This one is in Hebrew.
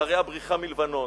אחרי הבריחה מלבנון,